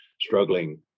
struggling